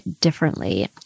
differently